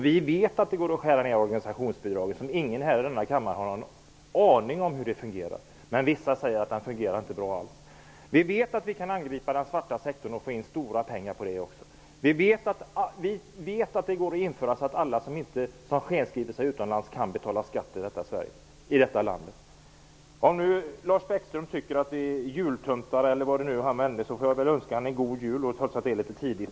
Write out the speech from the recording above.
Vi vet att det går att skära ned organisationsbidraget. Ingen i den här kammaren har en aning om hur det fungerar, men vissa säger att det inte alls fungerar bra. Vi vet att vi kan angripa den svarta sektorn och få in stora pengar på det. Vi vet att det går att införa att alla som skenskriver sig utomlands måste betala skatt i Sverige. Om nu Lars Bäckström tycker att vi är jultomtar får jag väl önska honom god jul, trots att det är litet tidigt.